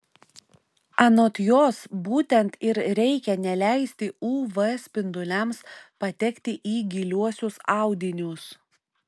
anot jos būtent ir reikia neleisti uv spinduliams patekti į giliuosius audinius